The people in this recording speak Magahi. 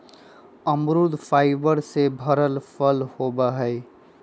अमरुद फाइबर से भरल फल होबा हई